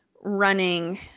running